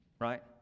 right